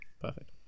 Perfect